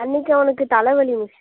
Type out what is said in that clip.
அன்றைக்கி அவனுக்கு தலைவலி மிஸ்